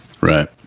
Right